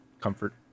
comfort